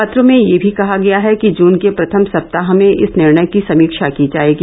पत्र में यह भी कहा गया है कि जून के प्रथम सप्ताह में इस निर्णय की समीक्षा की जाएगी